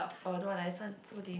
oh don't want the accent so dim